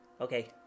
okay